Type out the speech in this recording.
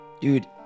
Dude